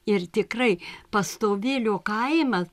ir tikrai pastovėlio kaima